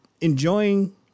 enjoying